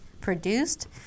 produced